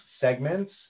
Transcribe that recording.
segments